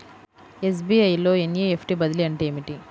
SBI లో NEFT బదిలీ అంటే ఏమిటి?